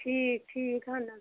ٹھیٖک ٹھیٖک اہن حظ